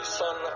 son